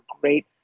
great